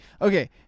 okay